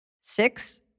Six